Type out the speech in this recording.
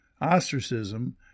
ostracism